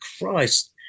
Christ